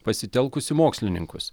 pasitelkusi mokslininkus